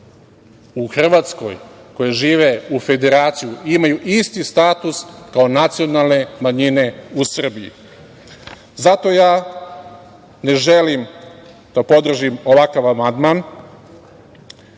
u Hrvatskoj, koje žive u Federaciji imaju isti status kao nacionalne manjine u Srbiji. Zato ja ne želim da podržim ovakav amandman,